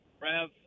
Rev